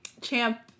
Champ